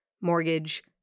mortgage